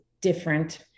different